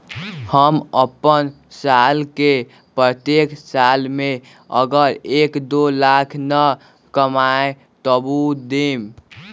हम अपन साल के प्रत्येक साल मे अगर एक, दो लाख न कमाये तवु देम?